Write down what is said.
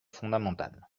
fondamentale